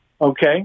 Okay